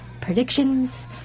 predictions